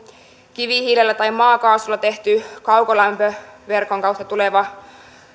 kivihiilellä tai maakaasulla tehty kaukolämpöverkon kautta tuleva